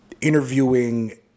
interviewing